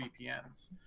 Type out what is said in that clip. vpns